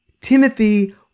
Timothy